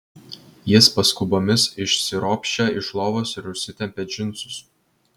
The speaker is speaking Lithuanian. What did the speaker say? jis paskubomis išsiropščia iš lovos ir užsitempia džinsus